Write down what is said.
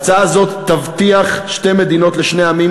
הצעה זו תבטיח שתי מדינות לשני עמים,